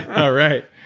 oh, right.